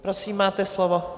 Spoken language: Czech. Prosím, máte slovo.